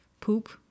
poop